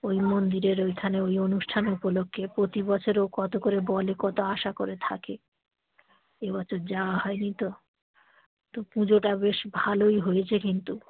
ওই মন্দিরের ওইখানে ওই অনুষ্ঠান উপলক্ষে প্রতি বছরও কতো করে বলে কত আশা করে থাকে এবছর যাওয়া হয় নি তো তো পুজোটা বেশ ভালোই হয়েছে কিন্তু